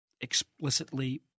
explicitly